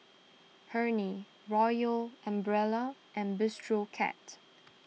Hurley Royal Umbrella and Bistro Cat